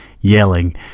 yelling